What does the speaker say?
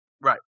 Right